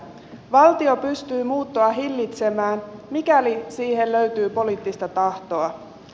valtio pystyy muuttoa hillitsemään mikäli siihen löytyy poliittista tahtoa